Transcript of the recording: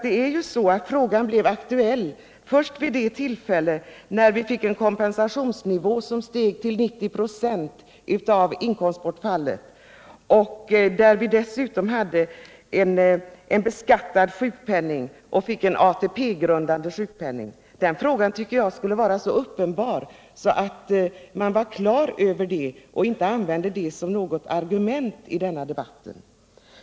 Det är ju så att frågan blev aktuell först när kompensationsnivån steg till 90 96 av inkomstbortfallet och när sjukpenningen blev beskattad och dessutom ATP-grundande. Detta trodde jag skulle vara så uppenbart att man från borgerligt håll var klar över det och inte skulle an vända det som ettargument i denna debatt.